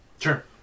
Sure